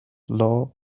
law